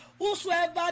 Whosoever